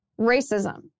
Racism